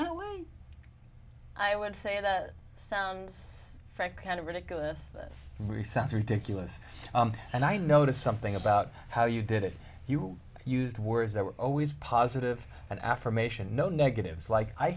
that way i would say that sounds fact kind of ridiculous that resounds ridiculous and i noticed something about how you did it you used words that were always positive and affirmation no negatives like i